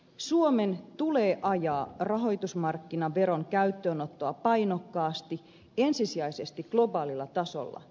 suomen tulee ajaa rahoitusmarkkinaveron käyttöönottoa painokkaasti ensisijaisesti globaalilla tasolla